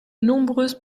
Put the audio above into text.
nombreuses